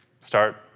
Start